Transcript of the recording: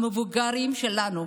את המבוגרים שלנו.